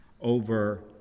over